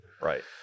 Right